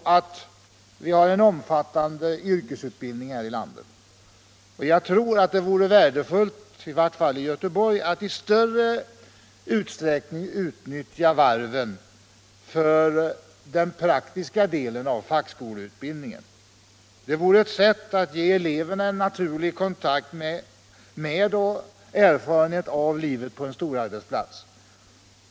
Vi har en omfattande yrkesutbildning här i landet, och jag tror att det vore värdefullt — i varje fall i Göteborg — att i större utsträckning utnyttja varven i den praktiska delen av fackskoleutbildningen. Det vore ett sätt att ge eleverna en naturlig kontakt med och erfarenhet av livet på en storarbetsplats.